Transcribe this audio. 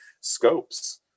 scopes